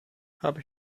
habe